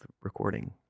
recording